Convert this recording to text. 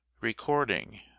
Recording